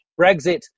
Brexit